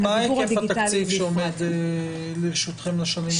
מה היקף התקציב שעומד לרשותם לשנים הקרובות?